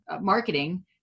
marketing